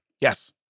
yes